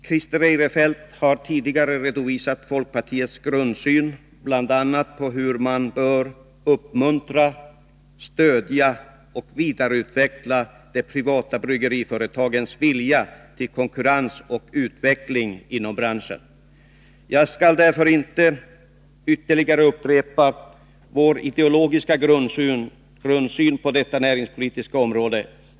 Christer Eirefelt har tidigare redovisat folkpartiets grundsyn, bl.a. på hur man bör uppmuntra, stödja och vidareutveckla de privata bryggeriföretagens vilja till konkurrens och utveckling inom branschen. Jag skall därför inte ytterligare upprepa vår ideologiska grundsyn på detta näringspolitiska område.